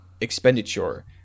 expenditure